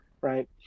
right